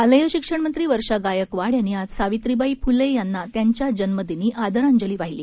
शालेय शिक्षणमंत्री वर्षा गायकवाड यांनी आज सावित्रीबाई फुले यांना त्यांच्या जन्मदिनी आदरांजली वाहिली